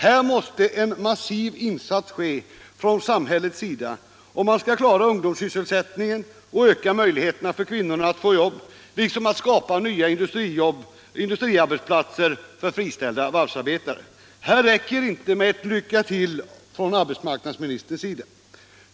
Här måste en massiv insats göras från samhället, om man skall klara ungdomssysselsättningen, öka möjligheterna för kvinnorna att få jobb och skapa nya industriarbetsplatser för friställda varvsarbetare. Här räcker det inte med ett ”lycka till” från arbetsmarknadsministern.